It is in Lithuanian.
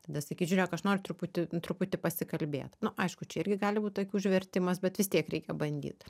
tada sakyt žiūrėk aš noriu truputį truputį pasikalbėt nu aišku čia irgi gali būt taip užvertimas bet vis tiek reikia bandyt